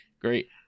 Great